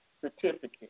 certificate